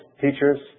teachers